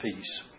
Peace